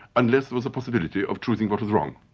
unless there was a possibility of choosing what is wrong.